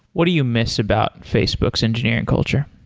what do you miss about facebook's engineering culture?